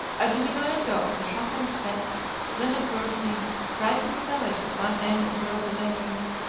a diminuendo of the shuffling steps then a cursing, frightened savage at one end of the rhododendrons,